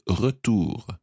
retour